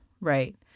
Right